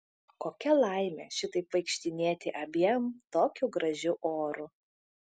kokia laimė šitaip vaikštinėti abiem tokiu gražiu oru